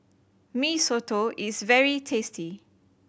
Mee Soto is very tasty